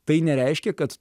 tai nereiškia kad